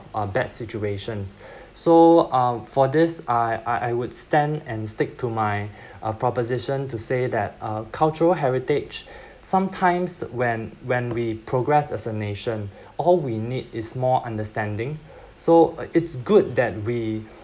a bad situations so uh for this I I I would stand and stick to my proposition to say that uh cultural heritage sometimes when when we progress as a nation all we need is more understanding so it's good that we